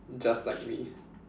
just like me